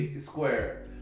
Square